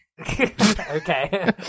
Okay